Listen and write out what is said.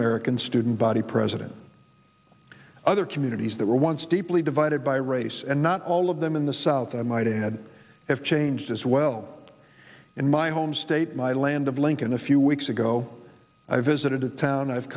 american student body president other communities that were once deeply divided by race and not all of them in the south i might add have changed as well in my home state my land of lincoln a few weeks ago i visited a town i've